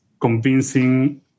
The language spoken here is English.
convincing